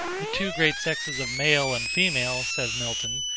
the two great sexes of male and female, says milton,